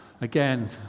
Again